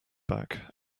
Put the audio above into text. back